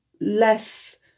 less